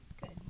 Good